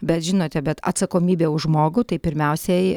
bet žinote bet atsakomybė už žmogų tai pirmiausiai